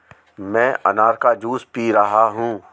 मैं अनार का जूस पी रहा हूँ